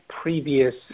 previous